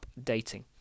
updating